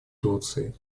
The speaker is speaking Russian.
турции